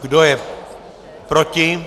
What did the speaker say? Kdo je proti?